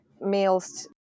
meals